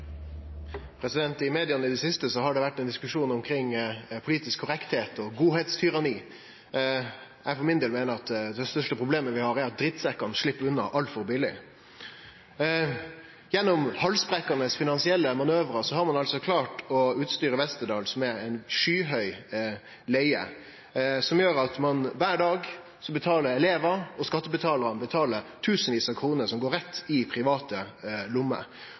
I media har det i det siste vore ein diskusjon omkring politisk korrektheit og godheitstyranni. Eg for min del meiner at det største problemet vi har, er at dritsekkane slepp unna altfor billig. Gjennom halsbrekkande finansielle manøvrar har ein altså klart å utstyre Westerdals med ei skyhøg leie som gjer at kvar dag betaler elevar og skattebetalarar tusenvis av kroner som går rett i private lommer.